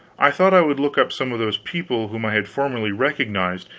i thought i would look up some of those people whom i had formerly recognized,